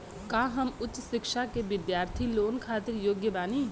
का हम उच्च शिक्षा के बिद्यार्थी लोन खातिर योग्य बानी?